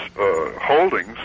holdings